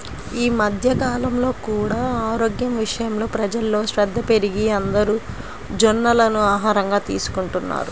ఈ మధ్య కాలంలో కూడా ఆరోగ్యం విషయంలో ప్రజల్లో శ్రద్ధ పెరిగి అందరూ జొన్నలను ఆహారంగా తీసుకుంటున్నారు